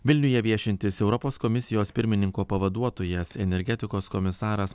vilniuje viešintis europos komisijos pirmininko pavaduotojas energetikos komisaras